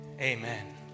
Amen